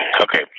Okay